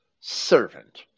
servant